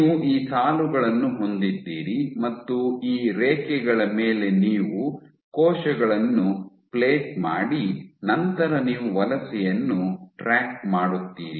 ನೀವು ಈ ಸಾಲುಗಳನ್ನು ಹೊಂದಿದ್ದೀರಿ ಮತ್ತು ಈ ರೇಖೆಗಳ ಮೇಲೆ ನೀವು ಕೋಶಗಳನ್ನು ಪ್ಲೇಟ್ ಮಾಡಿ ನಂತರ ನೀವು ವಲಸೆಯನ್ನು ಟ್ರ್ಯಾಕ್ ಮಾಡುತ್ತೀರಿ